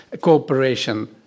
cooperation